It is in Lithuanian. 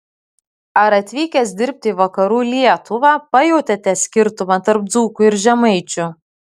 ar atvykęs dirbti į vakarų lietuvą pajautėte skirtumą tarp dzūkų ir žemaičių